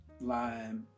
lime